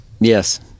Yes